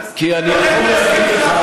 כי אני יכול להגיד לך,